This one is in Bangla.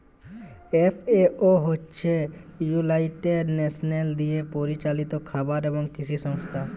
এফ.এ.ও হছে ইউলাইটেড লেশলস দিয়ে পরিচালিত খাবার এবং কিসি সংস্থা